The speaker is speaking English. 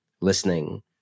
listening